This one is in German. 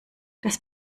das